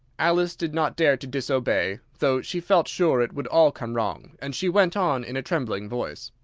alice did not dare to disobey, though she felt sure it would all come wrong, and she went on in a trembling voice